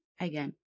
Again